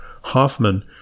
Hoffman